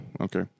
Okay